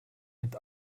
mit